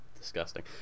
disgusting